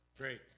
Great